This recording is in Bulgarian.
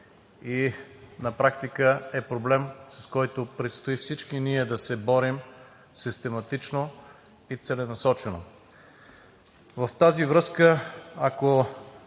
и на практика е проблем, с който предстои всички ние да се борим систематично и целенасочено. В тази връзка, ако